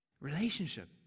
Relationship